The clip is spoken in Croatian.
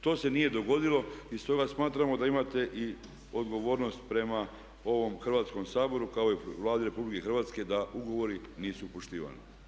To se nije dogodilo i stoga smatramo da imate i odgovornost prema ovom Hrvatskom saboru kao i prema Vladi RH da ugovori nisu poštivani.